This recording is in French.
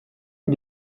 est